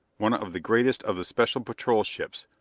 one of the greatest of the special patrol ships,